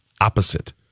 opposite